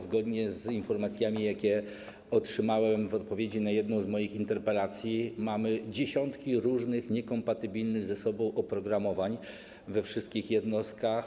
Zgodnie bowiem z informacjami, jakie otrzymałem w odpowiedzi na jedną z moich interpelacji, mamy dziesiątki różnych, niekompatybilnych ze sobą oprogramowań we wszystkich jednostkach.